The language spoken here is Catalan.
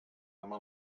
demà